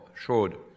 showed